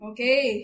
Okay